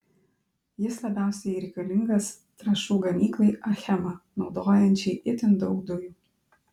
jis labiausiai reikalingas trąšų gamyklai achema naudojančiai itin daug dujų